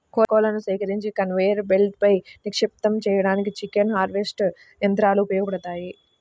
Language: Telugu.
కోళ్లను సేకరించి కన్వేయర్ బెల్ట్పై నిక్షిప్తం చేయడానికి చికెన్ హార్వెస్టర్ యంత్రాలు ఉపయోగపడతాయి